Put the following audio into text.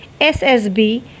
SSB